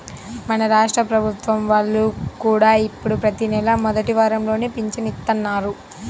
మన రాష్ట్ర ప్రభుత్వం వాళ్ళు కూడా ఇప్పుడు ప్రతి నెలా మొదటి వారంలోనే పింఛను ఇత్తన్నారు